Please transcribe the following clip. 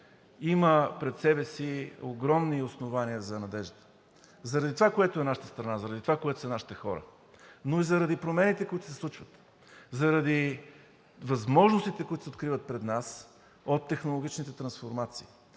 има пред себе си огромни основания за надежда – заради това, което е нашата страна, заради това, което са нашите хора, но и заради промените, които се случват, заради възможностите, които се откриват пред нас от технологичните трансформации,